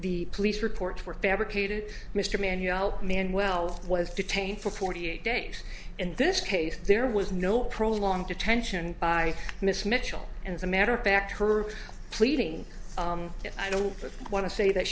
the police reports were fabricated mr mann you know man well was detained for forty eight days and this case there was no prolonged detention by miss mitchell and as a matter of fact her pleading i don't want to say that